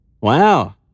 Wow